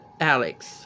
Alex